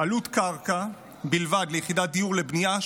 עלות קרקע בלבד ליחידת דיור לבנייה,